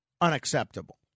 unacceptable